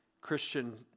Christian